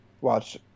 watch